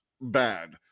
bad